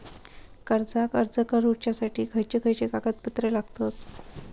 कर्जाक अर्ज करुच्यासाठी खयचे खयचे कागदपत्र लागतत